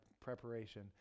preparation